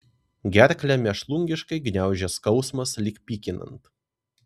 gerklę mėšlungiškai gniaužė skausmas lyg pykinant